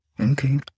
Okay